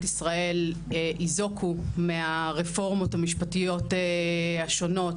ישראל ייזוקו מהרפורמות המשפטיות השונות,